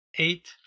Eight